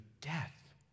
death